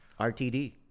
RTD